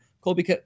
Colby